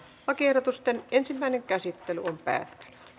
lakiehdotusten ensimmäinen käsittely päättyi